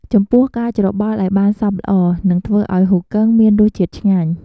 ចំពោះការច្របល់ឱ្យបានសព្វល្អ នឹងធ្វើឱ្យហ៊ូគឹងមានរសជាតិឆ្ងាញ់។